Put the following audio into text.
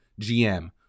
GM